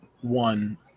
one